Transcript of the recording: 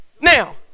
now